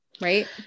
right